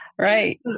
Right